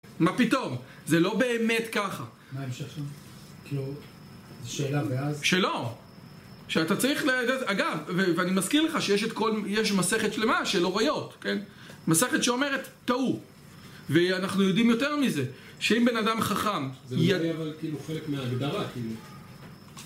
מה פתאום? זה לא באמת ככה מה המשך שם? כאילו, זו שאלה מאז שלא, שאתה צריך לדעת אגב, ואני מזכיר לך שיש את כל יש מסכת שלמה של אוריות, כן? מסכת שאומרת טעו ואנחנו יודעים יותר מזה שאם בן אדם חכם זה לא יהיה אבל כאילו חלק מההגדרה כאילו